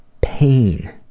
pain